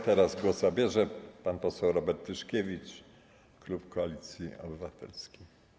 Teraz głos zabierze pan poseł Robert Tyszkiewicz, klub Koalicji Obywatelskiej.